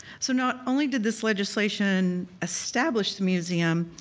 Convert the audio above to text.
so not only did this legislation establish the museum,